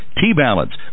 T-Balance